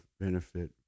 benefit